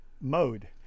mode